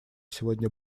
сегодня